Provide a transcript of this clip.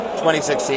2016